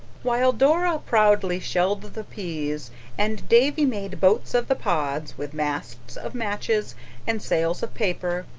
while dora proudly shelled the peas and davy made boats of the pods, with masts of matches and sails of paper,